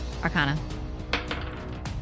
Arcana